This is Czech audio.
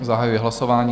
Zahajuji hlasování.